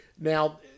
Now